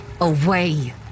Away